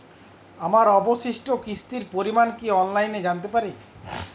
আমার অবশিষ্ট কিস্তির পরিমাণ কি অফলাইনে জানতে পারি?